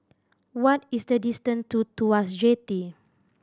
what is the distance to Tuas Jetty